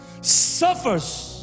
suffers